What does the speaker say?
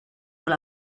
pour